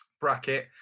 bracket